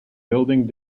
building